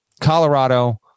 Colorado